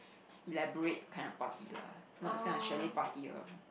elaborate kind of party lah not this kind of chalet party um